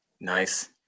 Nice